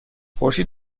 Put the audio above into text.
خورشید